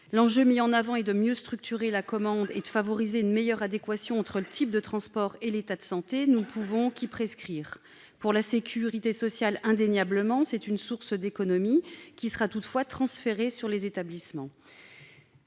L'enjeu mis en avant est de mieux structurer la commande et de favoriser une meilleure adéquation entre le type de transport et l'état de santé. Nous ne pouvons qu'y adhérer. Pour la sécurité sociale, indéniablement, c'est une source d'économie qui sera toutefois transférée sur les établissements.